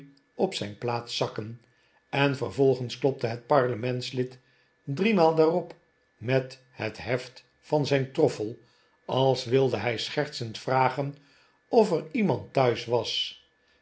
op zijn plaats zakken en vervolgens klopte het parlementslid driemaal daarop met het heft van zijn troffel als wilde hij schertsend vragen of er iemand thuis was